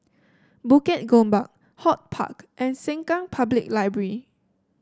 Bukit Gombak HortPark and Sengkang Public Library